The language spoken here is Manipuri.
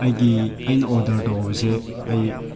ꯑꯩꯒꯤ ꯑꯩꯅ ꯑꯣꯔꯗꯔ ꯇꯧꯕꯁꯦ ꯑꯩ